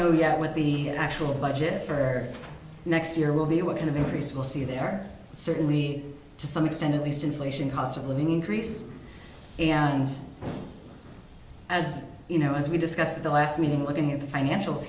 yet what the actual budget for next year will be what kind of increase will see there certainly to some extent at least inflation cost of living increase and as you know as we discussed the last meeting looking at the financials